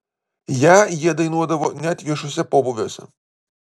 ją jie dainuodavo net viešuose pobūviuose